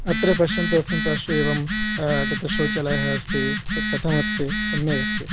अत्र पश्यन्तु अस्मिन् पार्श्वे एवं तत् शौचालयः अस्ति तत्कथमस्ति सम्यगस्ति